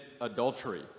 adultery